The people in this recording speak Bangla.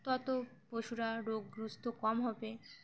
তত পশুরা রোগগ্রস্ত কম হবে